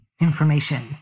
information